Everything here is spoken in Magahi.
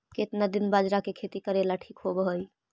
केतना दिन बाजरा के खेती करेला ठिक होवहइ?